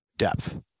depth